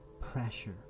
pressure